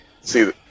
See